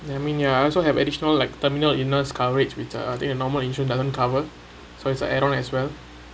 I mean ya I also have additional like terminal illness coverage with uh I think the normal insurance doesn't cover so it's like as long as well